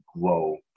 grow